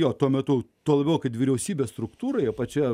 jo tuo metu tuo labiau kad vyriausybės struktūroje pačioje